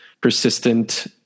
persistent